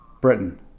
Britain